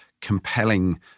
compelling